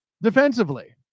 Defensively